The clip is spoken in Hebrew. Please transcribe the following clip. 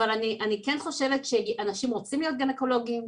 אבל אני כן חושבת שאנשים רוצים להיות גניקולוגים,